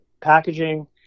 Packaging